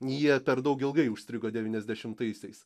jie per daug ilgai užstrigo devyniasdešimtaisiais